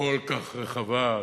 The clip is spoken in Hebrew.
כל כך רחבה,